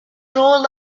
rolled